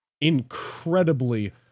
incredibly